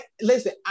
listen